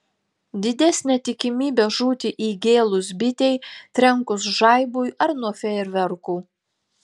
didesnė tikimybė žūti įgėlus bitei trenkus žaibui ar nuo fejerverkų